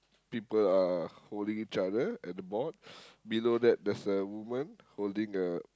people are holding each other at the board below that there's a woman holding a